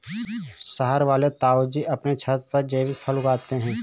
शहर वाले ताऊजी अपने छत पर जैविक फल उगाते हैं